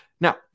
Now